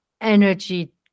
energy